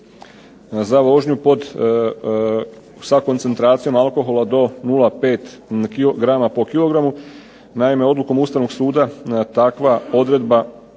za vožnju pod, sa koncentracijom alkohola do 0,5 grama po kilogramu. Naime odlukom Ustavnog suda takva odredba